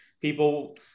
people